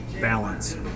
balance